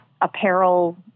apparel